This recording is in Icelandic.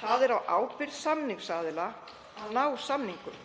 Það er á ábyrgð samningsaðila að ná samningum.